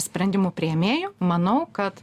sprendimų priėmėjų manau kad